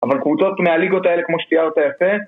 אבל קבוצות מהליגות האלה כמו שתיארת יפה